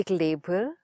label